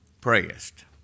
prayest